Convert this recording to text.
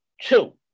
two